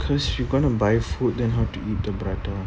because you're going to buy food then how to eat the prata